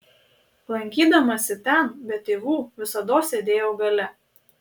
lankydamasi ten be tėvų visados sėdėjau gale